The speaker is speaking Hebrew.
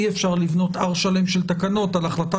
אי אפשר לבנות הר שלם של תקנות על החלטה